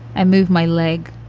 i move my leg.